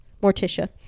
Morticia